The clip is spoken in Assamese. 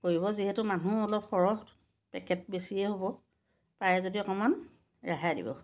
কৰিব যিহেতু মানুহ অলপ সৰহ পেকেট বেছিয়ে হ'ব পাৰে যদি অকণমান ৰেহাই দিব